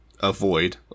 avoid